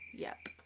yep